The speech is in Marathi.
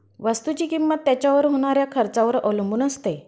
वस्तुची किंमत त्याच्यावर होणाऱ्या खर्चावर अवलंबून असते